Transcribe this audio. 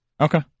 Okay